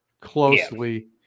closely